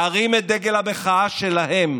להרים את דגל המחאה שלהם.